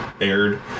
aired